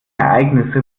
ereignisse